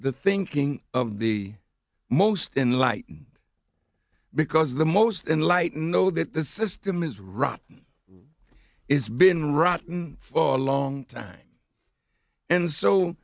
the thinking of the most enlightened because the most enlightened know that the system is rotten it's been rotten for a long time and so